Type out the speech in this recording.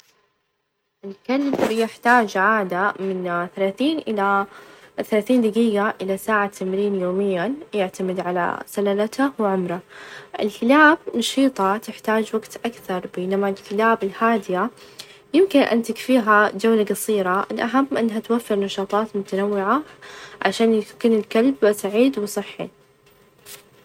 الكلب يحتاج عادة من -ثلاثين إلى- ثلاثين دقيقة إلى ساعة تمرين يوميًا يعتمد على سلالته، وعمره ،الكلاب نشيطة تحتاج وقت أكثر ،بينما الكلاب الهادية يمكن أن تكفيها جولة قصيرة, الأهم إنها توفر نشاطات متنوعة عشان -يك- يكون الكلب سعيد ،وصحي.